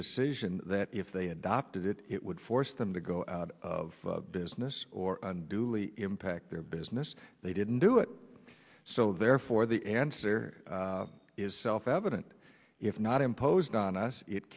decision that if they adopted it it would force them to go out of business or impact their business they didn't do it so therefore the answer is self evident if not imposed on us it